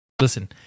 Listen